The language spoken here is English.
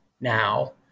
now